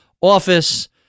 office